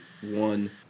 one